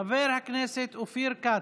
חבר הכנסת אופיר כץ,